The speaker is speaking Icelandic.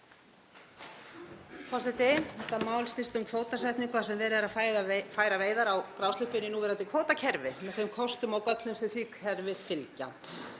Forseti. Þetta mál snýst um kvótasetningu þar sem verið er að færa veiðar á grásleppu inn í núverandi kvótakerfi með þeim kostum og göllum sem því kerfi fylgja.